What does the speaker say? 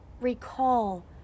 recall